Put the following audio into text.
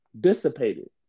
dissipated